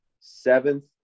seventh